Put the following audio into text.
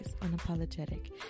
unapologetic